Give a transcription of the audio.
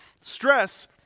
Stress